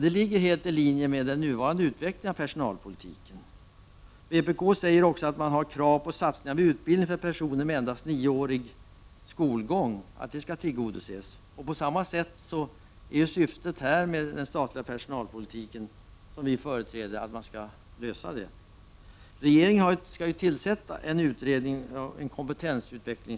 Det ligger helt i linje med den nuvarande utvecklingen av personalpolitiken. Vpk har krav på att satsningar på utbildning av personer med endast nioårig skolgång skall göras. Syftet med den statliga personalpolitiken är att detta krav skall tillgodoses. Regeringen skall tillsätta en utredning om kompetensutveckling.